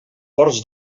ports